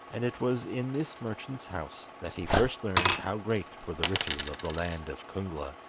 and it was in this merchant's house that he first learned how great were the riches of the land of kungla.